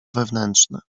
wewnętrzne